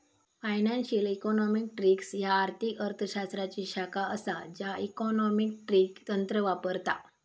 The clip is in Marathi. फायनान्शियल इकॉनॉमेट्रिक्स ह्या आर्थिक अर्थ शास्त्राची शाखा असा ज्या इकॉनॉमेट्रिक तंत्र वापरता